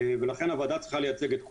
ולכן, הוועדה צריכה לייצג את כולם.